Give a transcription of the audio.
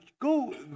Go